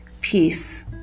peace